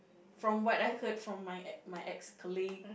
from what I heard from my ex my ex colleague